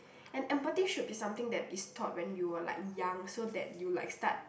and empathy should be something that is taught when you were like young so that you like start